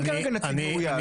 אין כרגע נציג מאויש.